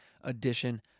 edition